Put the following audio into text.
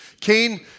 Cain